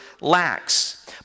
lacks